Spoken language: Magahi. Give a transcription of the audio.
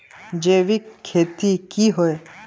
जैविक खेती की होय?